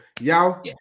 Yao